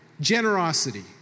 Generosity